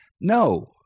No